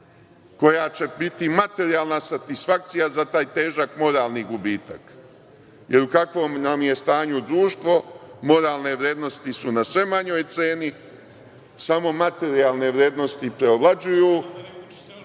koja će biti materijalna satisfakcija za taj težak moralni gubitak. Jer, u kakvom nam je stanju društvo, moralne vrednosti su na sve manjoj ceni, samo materijalne vrednosti preovlađuju